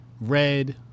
red